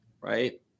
Right